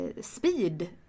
speed